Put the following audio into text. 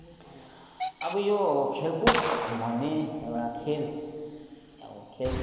अब यो खेलकुद भन्ने एउटा खेल अब खेल